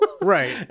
right